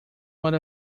one